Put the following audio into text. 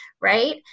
Right